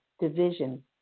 division